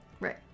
Right